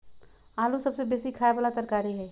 आलू सबसे बेशी ख़ाय बला तरकारी हइ